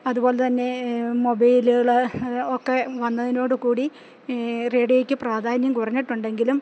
അതുപോലെ തന്നെ മൊബൈലുകള് ഒക്കെ വന്നതോട് കൂടി റേഡിയോയ്ക്ക് പ്രാധാന്യം കുറഞ്ഞിട്ടുണ്ടെങ്കിലും